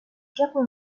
capot